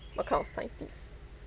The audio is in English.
what kind of scientist